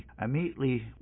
immediately